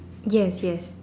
yes yes